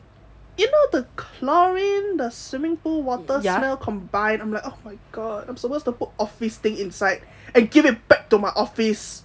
you know the chlorine the swimming pool water smell combined I'm like oh my god I'm supposed to office thing inside and give it back to my office